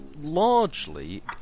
largely